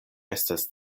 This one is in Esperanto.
estas